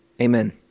Amen